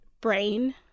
brain